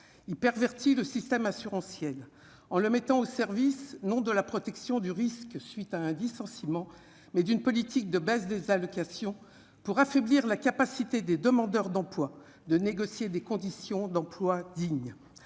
il pervertit le système assurantiel en le mettant au service, non de la protection du risque, suite à un dissentiment mais d'une politique de baisse des allocations pour affaiblir la capacité des demandeurs d'emploi de négocier des conditions d'emploi digne